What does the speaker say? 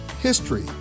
history